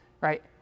right